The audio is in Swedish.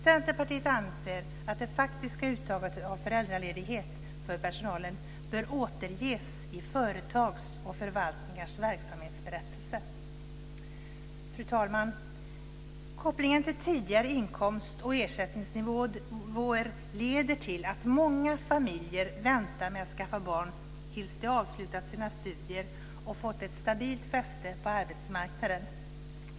Centerpartiet anser att det faktiska uttaget av föräldraledighet för personalen bör återges i företags och förvaltningars verksamhetsberättelser. Fru talman! Kopplingen till tidigare inkomst och ersättningsnivå leder till att många familjer väntar med att skaffa barn till dess de har avslutat sina studier och fått ett stabilt fäste på arbetsmarknaden.